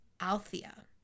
Althea